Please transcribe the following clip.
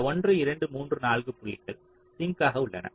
இந்த 1 2 3 4 புள்ளிகள் சிங்காக உள்ளன